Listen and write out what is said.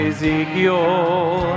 Ezekiel